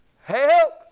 Help